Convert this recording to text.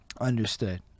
Understood